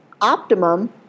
Optimum